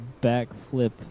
backflip